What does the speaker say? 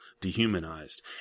dehumanized